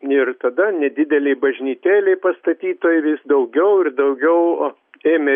ir tada nedidelėj bažnytėlėj pastatytoj vis daugiau ir daugiau ėmė